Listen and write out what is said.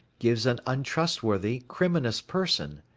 gives an untrustworthy, criminous person.